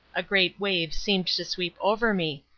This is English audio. a great wave seemed to sweep over me,